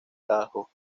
tajo